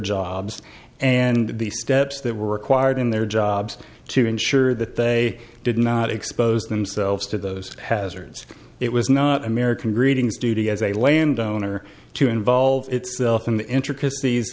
jobs and the steps that were required in their jobs to ensure that they did not expose themselves to those hazards it was not american greetings duty as a landowner to involve itself in the intricacies